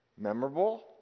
memorable